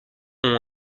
ont